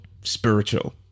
spiritual